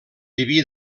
diví